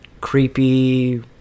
creepy